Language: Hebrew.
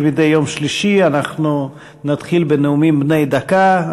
כמדי יום שלישי נתחיל בנאומים בני דקה.